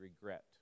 regret